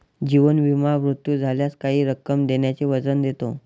जीवन विमा मृत्यू झाल्यास काही रक्कम देण्याचे वचन देतो